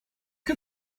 que